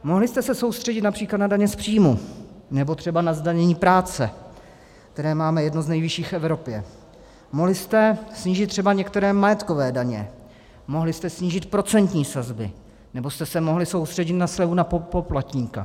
Mohli jste se soustředit například na daně z příjmu, nebo třeba na zdanění práce, které máme jedno z nejvyšší v Evropě, mohli jste snížit třeba některé majetkové daně, mohli jste snížit procentní sazby, nebo jste se mohli soustředit na slevu na poplatníka.